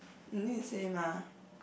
you need to say mah